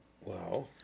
Wow